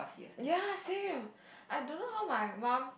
ya same I don't know how my mum